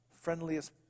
friendliest